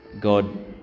God